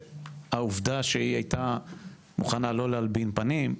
והעובדה שהיא הייתה מוכנה לא להלבין פנים,